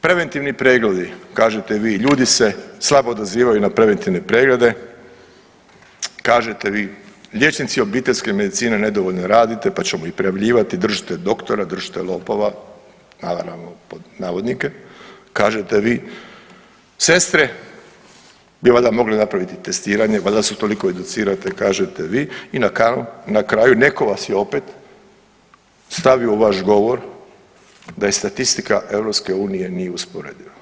preventivni pregledi kažete vi ljudi se slabo odazivaju na preventivne preglede, kažete vi liječnici obiteljske medicine nedovoljno radite, pa ćemo ih prijavljivati, držite doktora, držite lopova, naravno pod navodnike, kažete vi sestre bi valjda mogle napraviti testiranje, valjda su toliko educirane kažete vi i na kraju neko vas je opet stavio u vaš govor da je statistika EU nije usporediva.